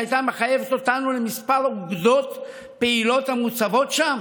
שהייתה מחייבת אותנו לכמה אוגדות פעילות המוצבות שם?